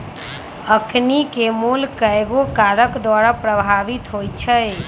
अखनिके मोल कयगो कारक द्वारा प्रभावित होइ छइ